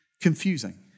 confusing